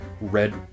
Red